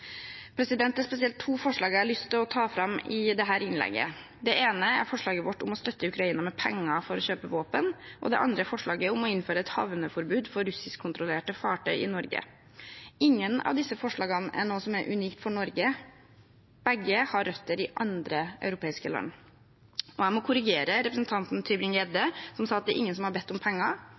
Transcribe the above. Det er spesielt to forslag jeg har lyst til å ta fram i dette innlegget. Det ene er forslaget vårt om å støtte Ukraina med penger for å kjøpe våpen, og det andre er forslaget om å innføre et havneforbud for russiskkontrollerte fartøy i Norge. Ingen av disse forslagene er noe som er unikt for Norge, begge har røtter i andre europeiske land. Jeg må korrigere representanten Tybring-Gjedde, som sa at det er ingen som har bedt om penger.